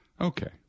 okay